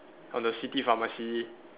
on the city pharmacy